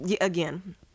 again